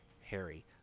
harry